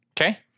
Okay